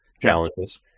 challenges